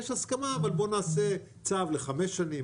יש הסכמה אבל בואו נעשה צו לחמש שנים,